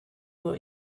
were